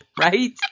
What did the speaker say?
Right